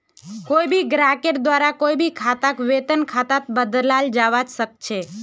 कोई भी ग्राहकेर द्वारा कोई भी खाताक वेतन खातात बदलाल जवा सक छे